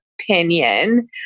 opinion